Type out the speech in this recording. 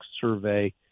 Survey